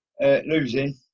losing